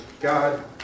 God